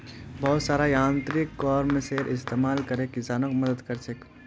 बहुत सारा यांत्रिक इ कॉमर्सेर इस्तमाल करे किसानक मदद क र छेक